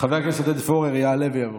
חבר הכנסת עודד פורר יעלה ויבוא,